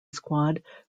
squad